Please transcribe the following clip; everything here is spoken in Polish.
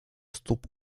stóp